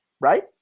Right